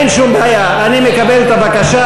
אין שום בעיה, אני מקבל את הבקשה.